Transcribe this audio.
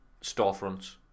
storefronts